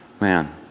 man